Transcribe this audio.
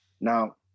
now